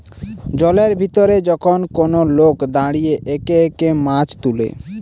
জলের ভিতরে যখন কোন লোক দাঁড়িয়ে একে একে মাছ তুলে